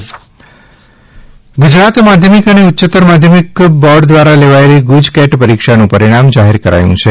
ગુજકેટ ગુજરાત માધ્યમિક અને ઉચ્યતર માધ્યમિક બોર્ડ દ્વારા લેવાયેલી ગુજકેટ પરીક્ષાનું પરિણામ જાહેર કરાયું છે